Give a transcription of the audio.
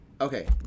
Okay